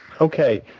Okay